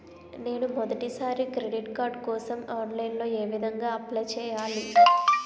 నేను మొదటిసారి credit card కోసం ఆన్లైన్ లో ఏ విధంగా అప్లై చేయాలి?